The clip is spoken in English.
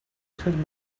could